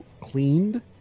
cleaned